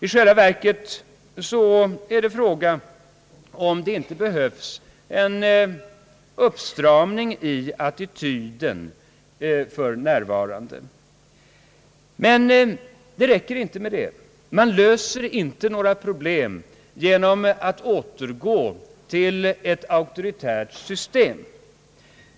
I själva verket är det fråga om det inte behövs en uppstramning i attityden för närvarande. Men det räcker inte med detta. Man löser inte några problem genom att återgå till ett auktoritärt system.